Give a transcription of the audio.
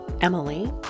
Emily